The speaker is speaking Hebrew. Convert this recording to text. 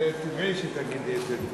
זה טבעי שתגידי את זה טוב.